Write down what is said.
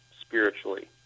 spiritually